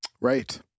right